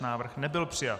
Návrh nebyl přijat.